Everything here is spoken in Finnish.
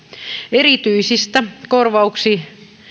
erityisistä korvauksen